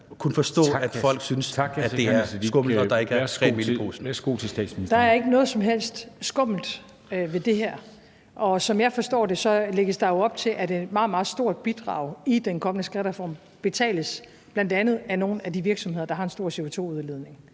Kl. 14:10 Statsministeren (Mette Frederiksen): Der er ikke noget som helst skummelt ved det her, og som jeg forstår det, lægges der jo op til, at et meget, meget stort bidrag i den kommende skattereform betales af bl.a. nogle af de virksomheder, der har en stor CO2-udledning.